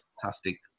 fantastic